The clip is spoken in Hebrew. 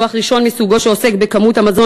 דוח ראשון מסוגו שעוסק בכמות המזון